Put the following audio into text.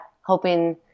hoping